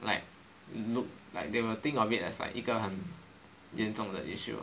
like look like they will think of it as like 一个很严重的 issue